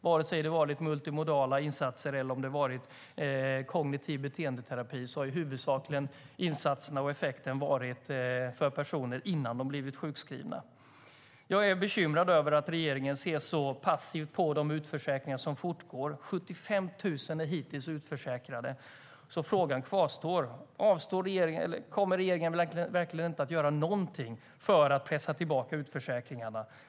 Vare sig det har varit multimodala insatser eller kognitiv beteendeterapi har insatserna och effekten huvudsakligen varit för personer innan de blev sjukskrivna. Jag är bekymrad över att regeringen ser så passivt på de utförsäkringar som fortgår - 75 000 är hittills utförsäkrade. Frågorna kvarstår: Kommer regeringen verkligen inte att göra någonting för att pressa tillbaka utförsäkringarna?